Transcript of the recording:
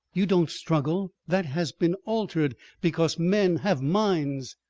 you don't struggle. that has been altered because men have minds.